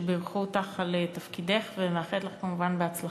שבירכו אותך על תפקידך ומאחלת לך כמובן בהצלחה.